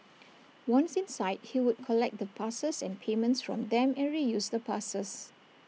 once inside he would collect the passes and payments from them and reuse the passes